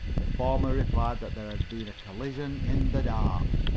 the former replied that there had been a collision in the dark.